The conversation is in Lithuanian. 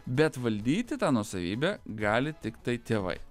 bet valdyti tą nuosavybę gali tiktai tėvai